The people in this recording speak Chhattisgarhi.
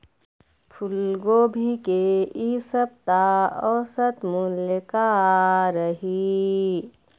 फूलगोभी के इ सप्ता औसत मूल्य का रही?